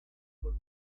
por